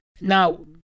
Now